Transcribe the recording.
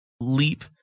leap